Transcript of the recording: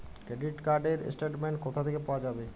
Credit card র statement কোথা থেকে পাওয়া যাবে?